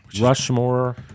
Rushmore